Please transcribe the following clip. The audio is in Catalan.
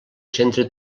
centre